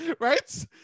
right